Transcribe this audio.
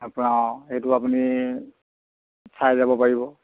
আপোনাৰ আৰু সেইটো আপুনি চাই যাব পাৰিব